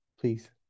please